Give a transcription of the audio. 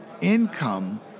income